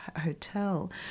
Hotel